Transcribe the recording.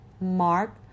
Mark